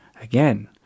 again